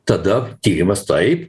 tada tyrimas taip